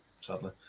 sadly